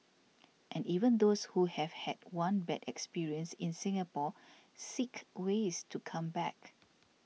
and even those who have had one bad experience in Singapore seek ways to come back